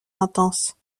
intense